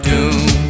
Doom